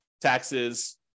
taxes